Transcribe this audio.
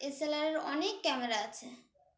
S L R এর অনেক camera আছে